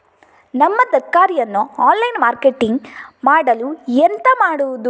ನಮ್ಮ ತರಕಾರಿಯನ್ನು online marketing ಮಾಡಲು ಎಂತ ಮಾಡುದು?